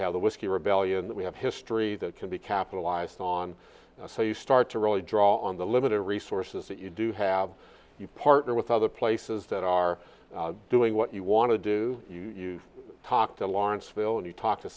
have the whiskey rebellion that we have history that can be capitalized on so you start to really draw on the limited resources that you do have you partner with other places that are doing what you want to do you talk to lawrenceville and you talk to